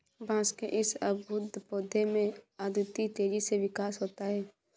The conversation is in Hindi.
बांस के इस अद्भुत पौधे में अद्वितीय तेजी से विकास होता है